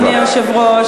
אדוני היושב-ראש,